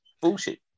bullshit